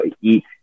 eat